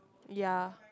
ya